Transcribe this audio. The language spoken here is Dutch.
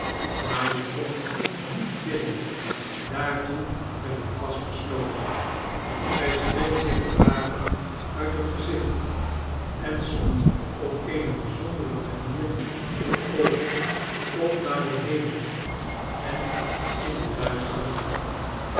maar je komt niet binnen daartoe ben ik vastbesloten zij streek zich de haren uit het gezicht en sloeg op eene bijzondere manier de oogen op naar den heme en in den duisteren nacht